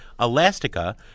Elastica